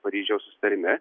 paryžiaus susitarime